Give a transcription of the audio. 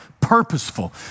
purposeful